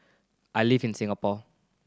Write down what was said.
I live in Singapore